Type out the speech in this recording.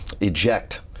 eject